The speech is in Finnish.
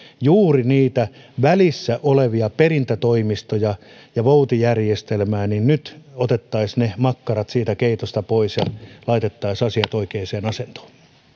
juuri niitä välissä olevia perintätoimistoja ja voutijärjestelmää eli jospa nyt otettaisiin makkarat siitä keitosta pois ja laitettaisiin asiat oikeaan asentoon